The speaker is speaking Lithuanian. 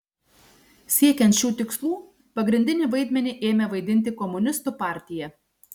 siekiant šių tikslų pagrindinį vaidmenį ėmė vaidinti komunistų partija